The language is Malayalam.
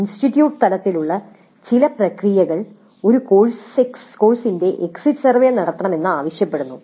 ഇൻസ്റ്റിറ്റ്യൂട്ട് തലത്തിലുള്ള ചില പ്രക്രിയകൾ ഒരു കോഴ്സിന്റെ എക്സിറ്റ് സർവേ നടത്തണമെന്ന് ആവശ്യപ്പെടുന്നു